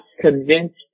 convinced